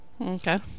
Okay